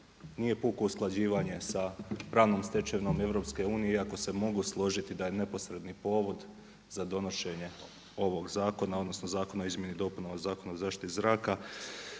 nije puko usklađivanje sa pravnom stečevinom EU, iako se mogu složiti da je neposredni povod za donošenje ovog zakona odnosno Zakona o izmjeni i dopunama Zakona o zaštiti zraka,